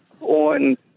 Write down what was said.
on